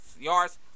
yards